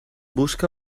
busca